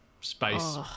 space